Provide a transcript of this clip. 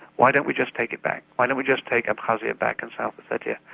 why don't we just take it back? why don't we just take abkhazia back and south ossetia.